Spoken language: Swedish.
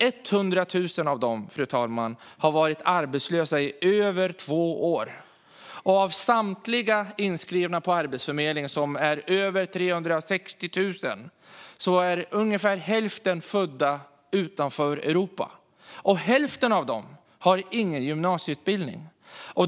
100 000 av dem, fru talman, har varit arbetslösa i över två år. Det är över 360 000 inskrivna på Arbetsförmedlingen. Ungefär hälften av dem är födda utanför Europa. Och hälften av dem har ingen gymnasieutbildning.